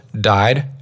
died